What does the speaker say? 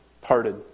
parted